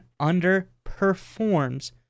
underperforms